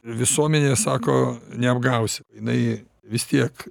visuomenės sako neapgausi jinai vis tiek